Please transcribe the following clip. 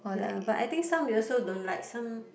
ya but I think some you also don't like some